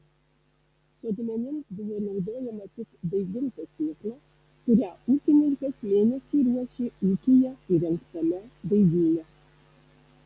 sodmenims buvo naudojama tik daiginta sėkla kurią ūkininkas mėnesį ruošė ūkyje įrengtame daigyne